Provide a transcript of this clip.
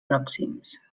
pròxims